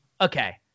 okay